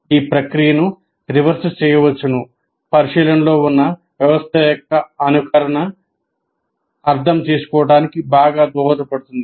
ఈ ప్రక్రియను రివర్స్ చేయవచ్చు పరిశీలనలో ఉన్న వ్యవస్థ యొక్క అనుకరణ అర్థం చేసుకోవడానికి బాగా దోహదపడుతుంది